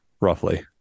roughly